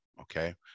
Okay